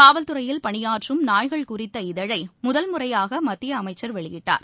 காவல்துறையில் பணியாற்றம் நாய்கள் குறித்த இதழை முதல் முறையாக மத்திய அமைச்சர் வெளியிட்டார்